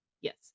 Yes